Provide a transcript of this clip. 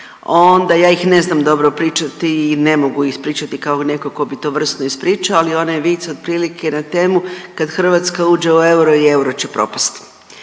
onda ja ih ne znam dobro pričati i ne mogu ispričati kao netko tko bi to vrsno ispričao. Ali onaj vic otprilike na temu kad Hrvatska uđe u euro i euro će propast.